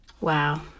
Wow